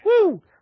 woo